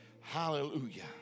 Hallelujah